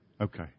Okay